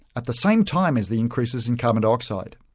at the same time as the increases in carbon dioxide.